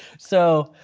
so,